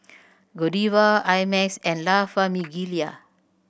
Godiva I Max and La Famiglia